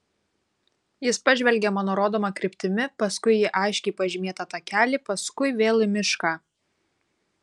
jis pažvelgė mano rodoma kryptimi paskui į aiškiai pažymėtą takelį paskui vėl į mišką